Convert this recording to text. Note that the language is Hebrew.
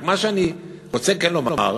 רק מה שאני רוצה כן לומר,